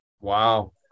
Wow